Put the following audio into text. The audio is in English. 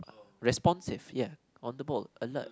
responsive ya on the ball alert